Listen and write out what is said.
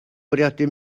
bwriadu